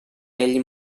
ell